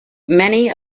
many